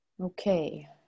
okay